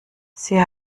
sie